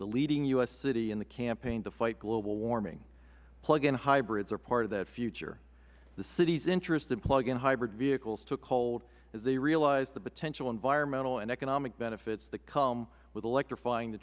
the leading u s city in the campaign to fight global warming plug in hybrids i believe are part of that future the city's interest to plug in hybrid vehicles took hold as they realized the potential environmental and economic benefits that come with electrifying the